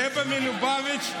הרבי מלובביץ'